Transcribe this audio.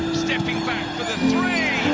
stepping back for the three!